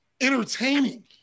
entertaining